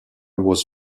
was